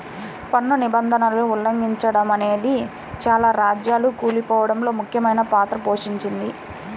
పన్ను నిబంధనలను ఉల్లంఘిచడమనేదే చాలా రాజ్యాలు కూలిపోడంలో ముఖ్యమైన పాత్ర పోషించింది